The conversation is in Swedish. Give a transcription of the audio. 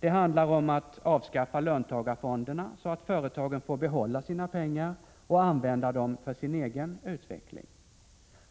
Det handlar om att avskaffa löntagarfonderna, så att företagen får behålla sina pengar och använda dem för sin egen utveckling.